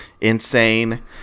insane